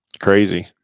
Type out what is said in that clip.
Crazy